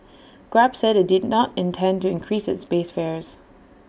grab said IT did not intend to increase its base fares